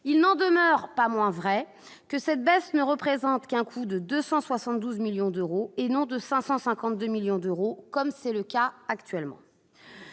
il n'en demeure pas moins vrai que cette baisse ne représente qu'un coût de 272 millions d'euros, et non de 552 millions d'euros comme c'est le cas actuellement